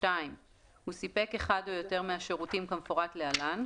(2)הוא סיפק אחד או יותר מהשירותים כמפורט להלן,